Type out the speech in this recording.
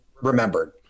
remembered